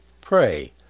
pray